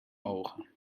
ogen